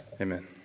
Amen